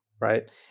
right